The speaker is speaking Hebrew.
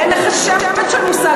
אין לך שמץ של מושג,